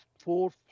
four